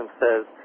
says